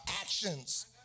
actions